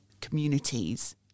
communities